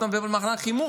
אתה מדבר על מענק חימום.